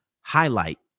highlight